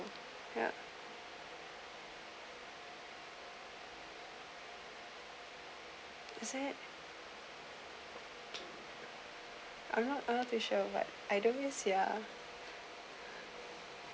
ya I'm not I'm not too sure but I don't use ya